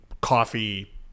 Coffee